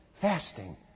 Fasting